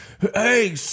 Hey